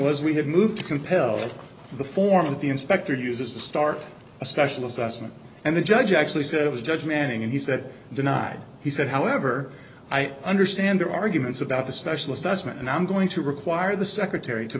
was we have moved to compel the foreman of the inspector uses to start a special assignment and the judge actually said it was judge manning and he said denied he said however i understand their arguments about the special assessment and i'm going to require the secretary to